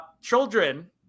children